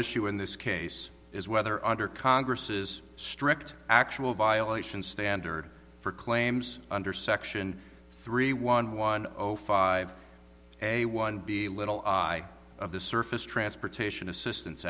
issue in this case is whether under congress's strict actual violation standard for claims under section three one one zero five a one b little eye of the surface transportation assistance